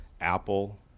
Apple